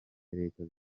leta